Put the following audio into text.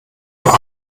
doch